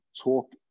talk